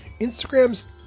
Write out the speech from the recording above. Instagram's